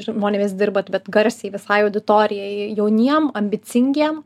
žmonėmis dirbat bet garsiai visai auditorijai jauniem ambicingiem